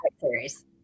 series